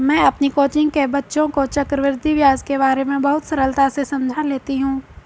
मैं अपनी कोचिंग के बच्चों को चक्रवृद्धि ब्याज के बारे में बहुत सरलता से समझा लेती हूं